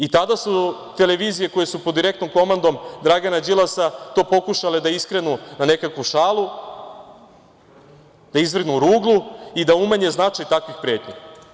I tada su televizije koje su pod direktnom komandom Dragana Đilasa to pokušale da iskrenu na nekakvu šalu, da izvrgnu ruglu i da umanje značaj takvih pretnji.